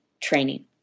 training